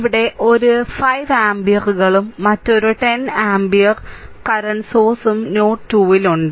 ഇവിടെ ഒരു 5 ആമ്പിയറുകളും മറ്റൊരു 10 ആമ്പിയർ നിലവിലെ ഉറവിടവും നോഡ് 2 ൽ ഉണ്ട്